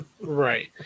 right